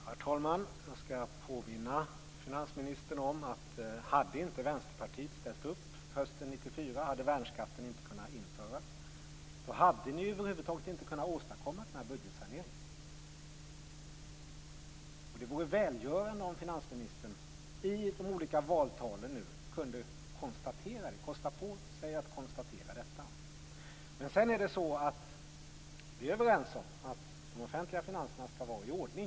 Herr talman! Jag skall påminna finansministern om att värnskatten inte hade kunnat införas om inte Vänsterpartiet hade ställt upp hösten 1994. Då hade ni över huvud taget inte kunnat åstadkomma den här budgetsaneringen. Det vore välgörande om finansministern i sina olika valtal kunde kosta på sig att konstatera detta. Vi är överens om att de offentliga finanserna skall vara i ordning.